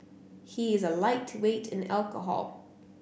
he is a lightweight in alcohol